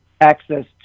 access